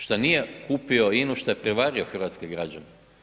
Što nije kupio INA-u, što je prevario hrvatske građane.